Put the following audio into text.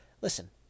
Listen